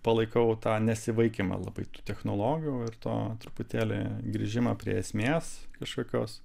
palaikau tą nesivaikymą labai tų technologijų ir to truputėlį grįžimo prie esmės kažkokios